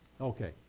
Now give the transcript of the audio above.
okay